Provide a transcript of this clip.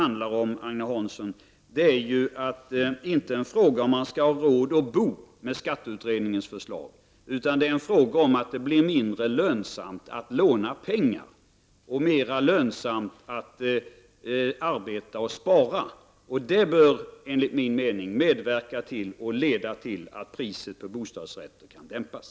Sedan, Agne Hansson, är det inte fråga om huruvida man skall ha råd att bo eller inte om skatteutredningens förslag genomförs, utan om att det blir mindre lönsamt att låna pengar och mera lönsamt att arbeta och spara. Det bör enligt min mening medverka och leda till att priset på bostadsrätter kan dämpas.